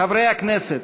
חברי הכנסת,